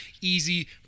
easy